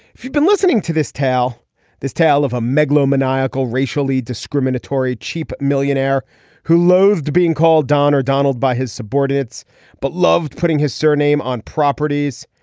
if you've been listening to this tell this tale of a mellow maniacal racially discriminatory cheap millionaire who loathed being called don or donald by his subordinates but loved putting his surname on properties.